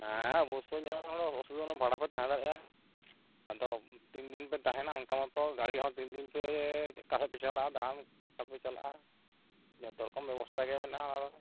ᱦᱮᱸ ᱚᱵᱚᱥᱥᱚ ᱧᱮᱞ ᱵᱟᱲᱟ ᱦᱩᱭᱩᱜᱼᱟ ᱚᱥᱩᱵᱤᱫᱷᱟ ᱵᱟᱹᱱᱩᱜᱼᱟ ᱵᱷᱟᱲᱟ ᱯᱮ ᱛᱟᱦᱮᱸ ᱫᱟᱲᱮᱭᱟᱜᱼᱟ ᱟᱫᱚ ᱛᱤᱱ ᱫᱤᱱ ᱯᱮ ᱛᱟᱦᱮᱱᱟ ᱚᱱᱠᱟ ᱢᱚᱛᱚ ᱜᱟᱹᱲᱤ ᱦᱚᱸ ᱛᱤᱱ ᱫᱤᱱ ᱚᱠᱟ ᱥᱮᱡ ᱯᱮ ᱪᱟᱞᱟᱜᱼᱟ ᱫᱟᱬᱟᱱ ᱚᱠᱟ ᱯᱮ ᱪᱟᱞᱟᱜᱼᱟ ᱡᱷᱚᱛᱚ ᱨᱚᱠᱚᱢ ᱵᱮᱵᱚᱥᱛᱷᱟ ᱜᱮ ᱢᱮᱱᱟᱜᱼᱟ